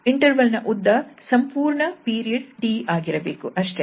interval ನ ಉದ್ದ ಸಂಪೂರ್ಣ ಪೀರಿಯಡ್ T ಆಗಿರಬೇಕು ಅಷ್ಟೇ